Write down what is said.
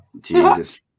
jesus